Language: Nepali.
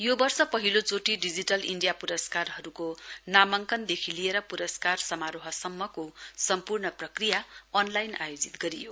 यो वर्ष वहिलो चोटि डिजिटल इण्डिया पुरस्कारहरूको नामाङकनदेखि लिएर पुरस्कार समारोह सम्मको सम्पूर्ण प्रक्रिया अनलाइन आयोजित गरियो